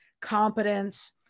competence